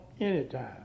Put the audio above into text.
anytime